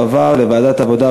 לוועדת העבודה,